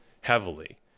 heavily